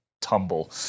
tumble